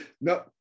no